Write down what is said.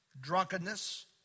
drunkenness